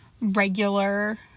regular